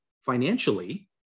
financially